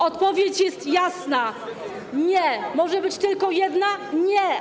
Odpowiedź jest jasna i może być tylko jedna: nie.